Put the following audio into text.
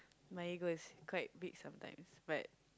my ego is quite big some times but